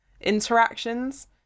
interactions